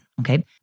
okay